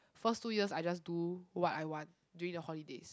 first two years I just do what I want during the holidays